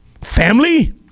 Family